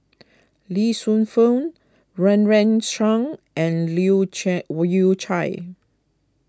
Lee Shu Fen Run Run Shaw and Leu Yew Chye